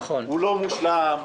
הוא לא מושלם,